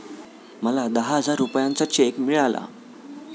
मला दहा हजार रुपयांचा चेक मिळाला